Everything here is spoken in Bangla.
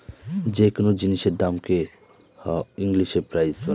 যে কোনো জিনিসের দামকে হ ইংলিশে প্রাইস বলে